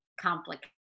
complicated